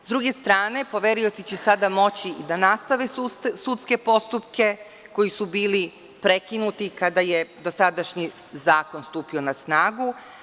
Sa druge strane, poverioci će sada moći da nastave sudske postupke, koji su bili prekinuti kada je sadašnji zakon stupio na snagu.